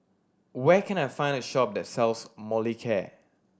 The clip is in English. where can I find a shop that sells Molicare